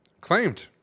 claimed